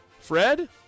Fred